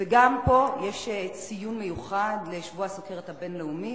גם פה יש ציון מיוחד, של שבוע הסוכרת הבין-לאומי,